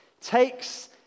takes